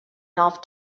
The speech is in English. north